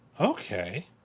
Okay